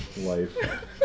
life